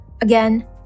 Again